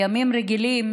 בימים רגילים